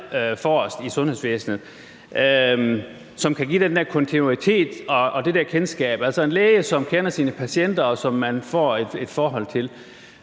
i sundhedsvæsenet, og som kan give den der kontinuitet og det der kendskab, altså, en læge, som kender sine patienter, og som man får et forhold til.